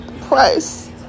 price